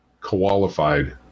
qualified